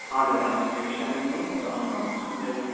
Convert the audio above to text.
हजुर हजुर हामी स्ट्यान्डमै छौँ तपाईँ आउनुहोस्